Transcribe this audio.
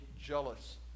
jealous